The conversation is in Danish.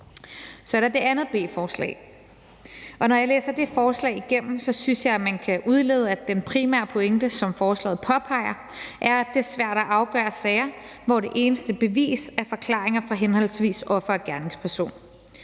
Så er der det andet b-forslag. Når jeg læser det forslag igennem, synes jeg, at man kan udlede, at den primære pointe, som forslaget påpeger, er, at det er svært at afgøre sager, hvor det eneste bevis er forklaringer fra henholdsvis offer og gerningsperson.